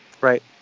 Right